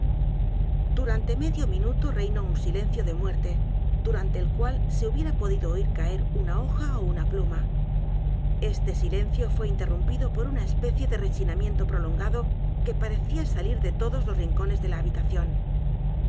durante medio minuto reinó un silencio de muerte durante el cual se hubiera podido oir caer una hoja ó una pluma este silencio fué interrumpido por una especie de rechinamiento prolongado que parecía s a lir de todos los rincones de la habitación